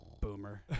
Boomer